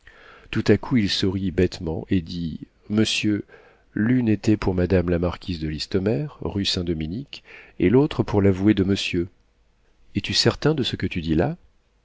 tout à coup il sourit bêtement et dit monsieur l'une était pour madame la marquise de listomère rue saint dominique et l'autre pour l'avoué de monsieur es-tu certain de ce que tu dis là